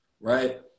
right